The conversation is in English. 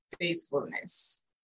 faithfulness